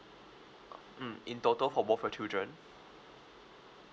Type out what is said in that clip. mm in total for both your children